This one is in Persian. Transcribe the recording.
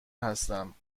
هستم